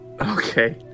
Okay